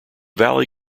valley